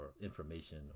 information